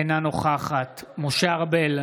אינה נוכחת משה ארבל,